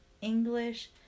English